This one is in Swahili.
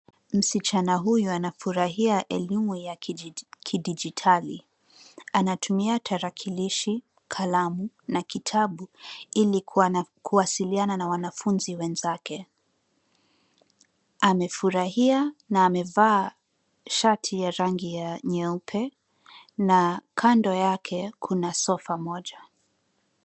Msichana huyu anafurahia elimu ya kidijitali. Anatumia tarakilishi, kalamu na kitabu ili kuwasiliana na wanafunzi wenzake. Amefurahia na amevaa shati ya rangi ya nyeupe na kando yake kuna sofa moja.